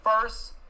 first